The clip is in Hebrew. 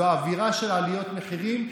זו אווירה של עליות מחירים,